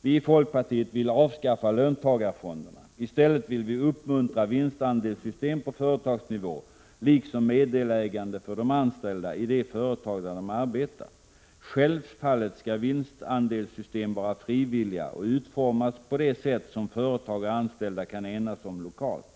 Vi i folkpartiet vill avskaffa löntagarfonderna. I stället vill vi uppmuntra vinstandelssystem på företagsnivå liksom meddelägande för de anställda i de företag där de arbetar. Självfallet skall vinstandelssystem vara frivilliga och utformas på det sätt som företag och anställda kan enas om lokalt.